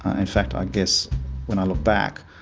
in fact i guess when i look back,